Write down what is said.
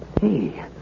Hey